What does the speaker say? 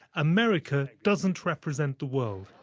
america doesn't represent the world.